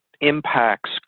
impacts